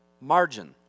margin